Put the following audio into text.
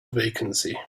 vacancy